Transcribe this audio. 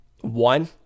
One